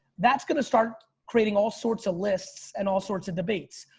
that's gonna start creating all sorts of lists and all sorts of debates.